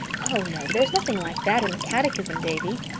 oh, no, there is nothing like that in the catechism, davy.